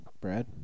Brad